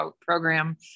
program